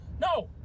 No